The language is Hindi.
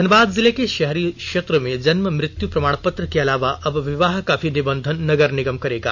धनबाद जिले के शहरी क्षेत्र में जन्म मृत्यु प्रमाण पत्र के अलावा अब विवाह का भी निबंधन नगर निगम करेगा